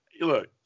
Look